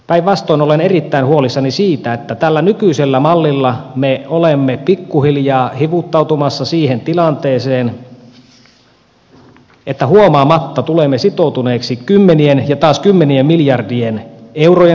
päinvastoin olen erittäin huolissani siitä että tällä nykyisellä mallilla me olemme pikkuhiljaa hivuttautumassa siihen tilanteeseen että huomaamatta tulemme sitoutuneeksi kymmenien ja taas kymmenien miljardien eurojen tukipaketteihin